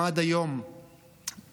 אם עד היום 98%